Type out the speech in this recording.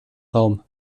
raum